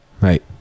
right